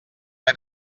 ple